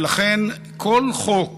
ולכן, כל חוק